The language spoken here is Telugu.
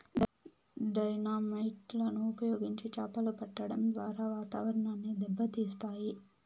డైనమైట్ లను ఉపయోగించి చాపలు పట్టడం ద్వారా వాతావరణాన్ని దెబ్బ తీస్తాయి